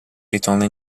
ritorna